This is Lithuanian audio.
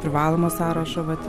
privalomo sąrašo vat